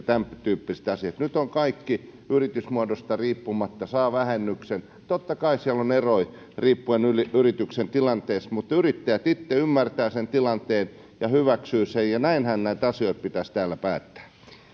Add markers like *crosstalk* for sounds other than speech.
*unintelligible* tämäntyyppiset asiat koskivat osakeyhtiöitä nyt kaikki yritysmuodosta riippumatta saavat vähennyksen totta kai siellä on eroja riippuen yrityksen tilanteesta mutta yrittäjät itse ymmärtävät sen tilanteen ja hyväksyvät sen ja näinhän näitä asioita pitäisi täällä päättää